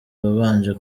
wabanje